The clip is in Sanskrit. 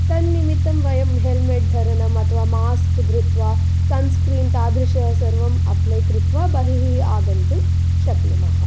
तन्निमित्तं वयं हेल्मेट् धरणम् अथवा मास्क् धृत्वा सन्स्क्रीम् तादृश सर्वम् अप्लै कृत्वा बहिः आगन्तुं शक्नुमः